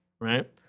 right